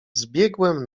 zbiegłem